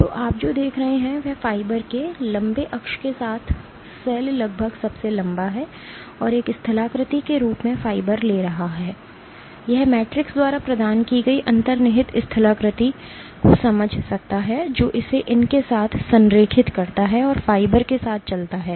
तो आप जो देख रहे हैं वह फाइबर के लंबे अक्ष के साथ सेल लगभग सबसे लंबा है और एक स्थलाकृति के रूप में फाइबर ले रहा है यह मैट्रिक्स द्वारा प्रदान की गई अंतर्निहित स्थलाकृति को समझ सकता है जो इसे इन के साथ संरेखित करता है और फाइबर के साथ चलता है